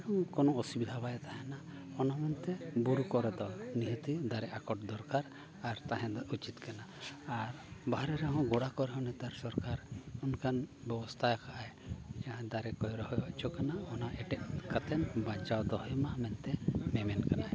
ᱠᱳᱱᱳ ᱚᱥᱩᱵᱤᱫᱷᱟ ᱵᱟᱭ ᱛᱟᱦᱮᱱᱟ ᱚᱱᱟ ᱢᱮᱱᱛᱮ ᱵᱩᱨᱩ ᱠᱚᱨᱮ ᱫᱚ ᱱᱤᱦᱟᱹᱛ ᱜᱮ ᱫᱟᱨᱮ ᱟᱠᱚᱴ ᱫᱚᱨᱠᱟᱨ ᱟᱨ ᱛᱟᱦᱮᱸ ᱫᱚ ᱩᱪᱤᱛ ᱠᱟᱱᱟ ᱟᱨ ᱵᱟᱦᱨᱮ ᱨᱮᱦᱚᱸ ᱜᱳᱰᱟ ᱠᱚᱨᱮ ᱫᱚ ᱱᱮᱛᱟᱨ ᱥᱚᱨᱠᱟᱨ ᱚᱱᱠᱟᱱ ᱵᱮᱵᱚᱥᱛᱷᱟ ᱟᱠᱟᱫᱼᱟᱭ ᱟᱨ ᱫᱟᱨᱮ ᱠᱚᱭ ᱨᱚᱦᱚᱭ ᱦᱚᱪᱚ ᱠᱟᱱᱟ ᱚᱱᱟ ᱮᱴᱮᱫ ᱠᱟᱛᱮᱫ ᱵᱟᱧᱪᱟᱣ ᱫᱚᱦᱚᱭ ᱢᱟ ᱢᱮᱱᱛᱮ ᱢᱮᱢᱮᱱ ᱠᱟᱱᱟᱭ